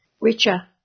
richer